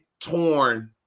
torn